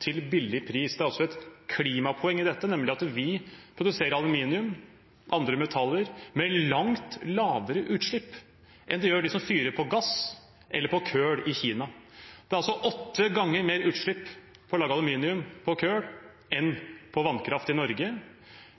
til billig pris. Det er altså et klimapoeng i dette, nemlig at vi produserer aluminium og andre metaller med langt lavere utslipp enn de som fyrer med gass eller kull i Kina. Det gir åtte ganger mer utslipp å lage aluminium på kull enn på vannkraft i Norge.